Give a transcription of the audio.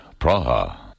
Praha